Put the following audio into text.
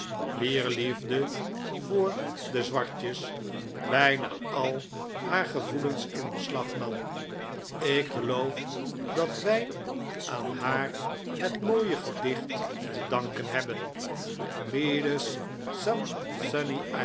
wier liefde voor de zwartjes bijna al haar gevoelens in beslag nam ik geloof dat wij aan haar het mooie gedicht te danken hebben lead